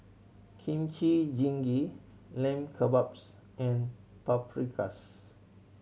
Kimchi Jjigae Lamb Kebabs and Paprikas